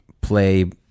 play